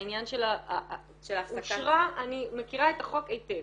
העניין של --- אני מכירה את החוק היטב